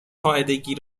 قاعدگی